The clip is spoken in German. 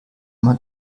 man